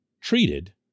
treated